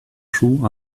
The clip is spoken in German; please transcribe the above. crew